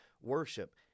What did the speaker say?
worship